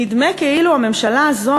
נדמה כאילו הממשלה הזאת,